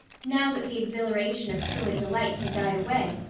now that the exhilaration of truant delights had died away,